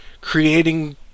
creating